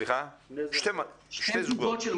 שני זוגות.